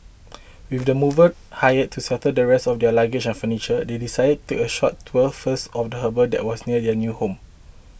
with the mover hired to settle the rest of their luggage and furniture they decided to take a short tour first of the harbour that was near their new home